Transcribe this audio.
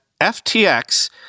FTX